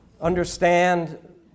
understand